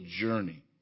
journey